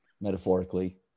metaphorically